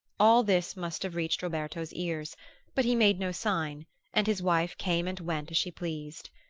all this must have reached roberto's ears but he made no sign and his wife came and went as she pleased.